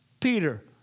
Peter